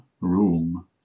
room